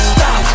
Stop